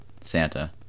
santa